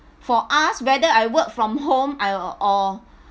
for us whether I work from home I'll or